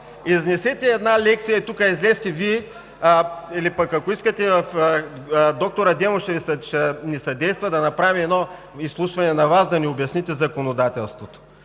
Изнесете една лекция, излезте Вие или пък ако искате, доктор Адемов ще ни съдейства да направим едно изслушване на Вас да ни обясните законодателството,